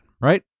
right